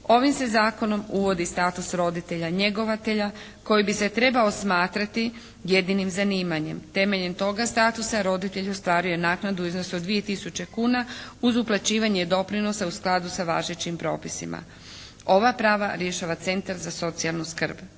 Ovim se zakonom uvodi status roditelja njegovatelja koji bi se trebao smatrati jedinim zanimanjem. Temeljem toga statusa roditelj ostvaruje naknadu u iznosu od 2 tisuće kuna uz uplaćivanje doprinosa u skladu sa važećim propisima. Ova prava rješava centar za socijalnu skrb.